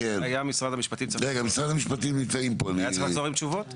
משרד המשפטים היה צריך לחזור אלינו עם תשובות.